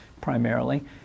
primarily